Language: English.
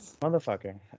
motherfucker